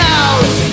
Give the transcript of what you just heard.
out